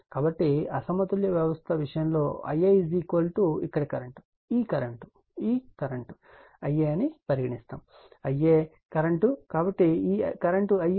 కాబట్టి అసమతుల్య వ్యవస్థ విషయంలో Ia ఇక్కడ కరెంట్ ఈ కరెంట్ ఈ కరెంట్ Ia అని పరిగణిస్తారు ఇది Ia కరెంట్ కాబట్టి ఈ కరెంట్ Ia